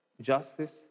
justice